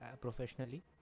professionally